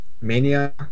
Mania